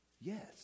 Yes